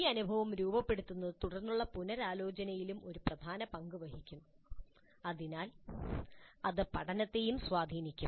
ഈ അനുഭവം രൂപപ്പെടുത്തുന്നത് തുടർന്നുള്ള പുനരാലോചനയിലും ഒരു പ്രധാന പങ്ക് വഹിക്കും അതിനാൽ ഇത് പഠനത്തെയും സ്വാധീനിക്കും